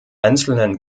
einzelnen